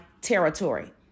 territory